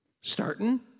Starting